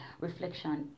reflection